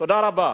תודה רבה.